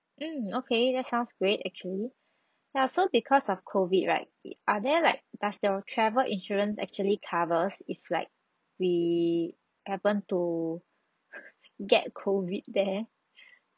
mm okay that sounds great actually ya so because of COVID right are there like does your travel insurance actually covers if like we happen to get COVID there